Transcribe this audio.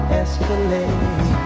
escalate